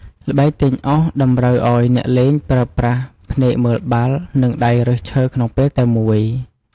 ល្បែងទាញអុសតម្រូវឲ្យអ្នកលេងប្រើប្រាស់ភ្នែកមើលបាល់ និងដៃរើសឈើក្នុងពេលតែមួយ។